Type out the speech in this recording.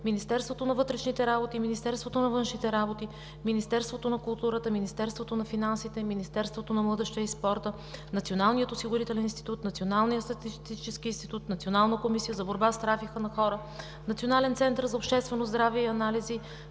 Министерството на вътрешните работи, Министерството на външните работи, Министерството на културата, Министерството финансите, Министерството на младежта и спорта, Националният осигурителен институт, Националният статистически институт, Националната комисия за борба с трафика на хора, Национален център за обществено здраве и анализи,